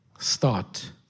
start